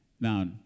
Now